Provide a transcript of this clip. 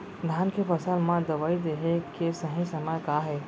धान के फसल मा दवई देहे के सही समय का हे?